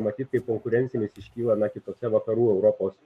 matyt kaip konkurencinis iškyla na kitose vakarų europos